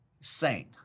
saint